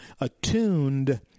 attuned